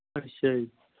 ਅੱਛਾ ਜੀ